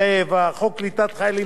חוק קליטת חיילים משוחררים,